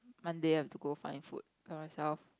Monday I have to go find food Carousell